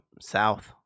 South